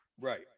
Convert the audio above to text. Right